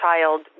child